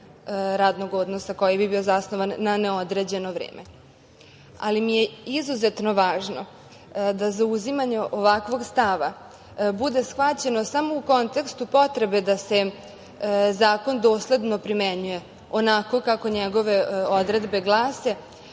radnog odnosa koji bi bio zasnovan na neodređeno vreme. Izuzetno mi je važno da zauzimanju ovakvog stava bude shvaćeno samo u kontekstu potrebe da se zakon dosledno primenjuje onako kako njegove odredbe glase,